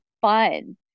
fun